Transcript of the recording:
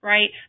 Right